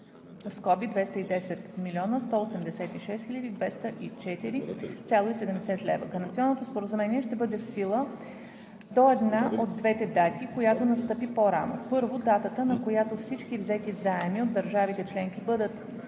евро (210 млн. 186 хил. 204,70 лв.). Гаранционното споразумение ще бъде в сила до една от двете дати, която настъпи по-рано: (1) Датата, на която всички взети заеми от държавите членки бъдат